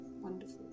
Wonderful